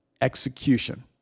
execution